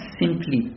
simply